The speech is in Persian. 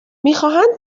میخواهند